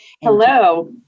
Hello